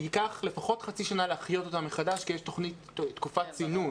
ייקח לפחות חצי שנה להחיות אותה מחדש כי יש תקופת צינון